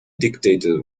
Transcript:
dictator